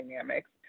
dynamics